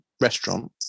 restaurant